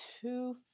two